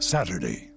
Saturday